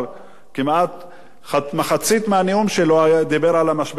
כמעט מחצית מהנאום שלו הוא דיבר על המשבר העולמי.